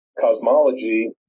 cosmology